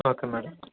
okay madam